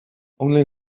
only